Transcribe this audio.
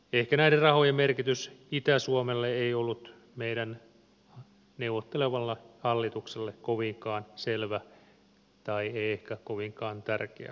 ehkä näiden rahojen merkitys itä suomelle ei ollut meidän neuvottelevalle hallitukselle kovinkaan selvä tai ei ehkä kovinkaan tärkeä asia